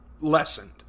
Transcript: lessened